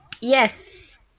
yes